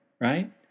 right